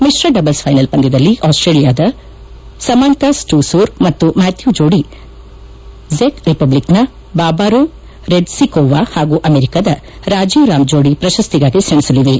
ಮಿಶ್ರ doubles final ಪಂದ್ಕದಲ್ಲಿ ಆಸ್ಟೇಲಿಯಾದ Samantha Stosur ಮತ್ತು ಮ್ಡಾಥ್ಡೂ ಜೋಡಿ ಜೆಕ್ ರಿಪಬ್ಲಿಕ್ನ ಬಾಬಾರೋ ರೆಜ್ಸಿಕೋವಾ ಹಾಗೂ ಅಮೆರಿಕಾದ ರಾಜೀವ್ ರಾಮ್ ಜೋಡಿ ಪ್ರಶಸ್ತಿಗಾಗಿ ಸೇಸಲಿವೆ